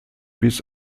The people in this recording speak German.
bis